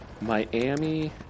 Miami